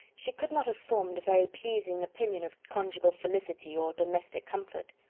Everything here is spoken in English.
she could not have formed a very pleasing opinion of conjugal felicity or domestic comfort.